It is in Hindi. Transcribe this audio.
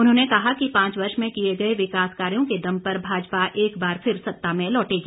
उन्होंने कहा कि पांच वर्ष में किए गए विकास कार्यों के दम पर भाजपा एक बार फिर सत्ता में लौटेगी